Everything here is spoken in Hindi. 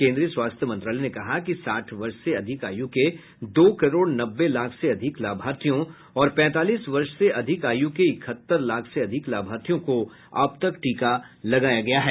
केंद्रीय स्वास्थ्य मंत्रालय ने कहा कि साठ वर्ष से अधिक आयु के दो करोड़ नब्बे लाख से अधिक लाभार्थियों और पैंतालीस वर्ष से अधिक आयु के इकहत्तर लाख से अधिक लाभार्थियों को अब तक टीका लगाया गया है